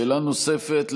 שאלה נוספת,